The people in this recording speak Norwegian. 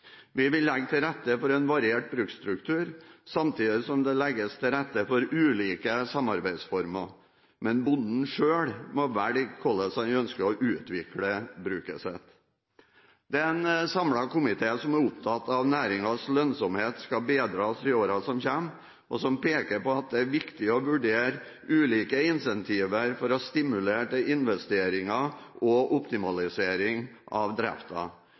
Vi vil legge til rette for en variert bruksstruktur, samtidig som det legges til rette for ulike samarbeidsformer, men bonden må selv velge hvordan han ønsker å utvikle bruket sitt. Det er en samlet komité som er opptatt av at næringens lønnsomhet skal bedres i årene som kommer, og som peker på at det er viktig å vurdere ulike incentiver for å stimulere til investeringer og optimalisering av